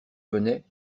venais